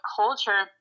culture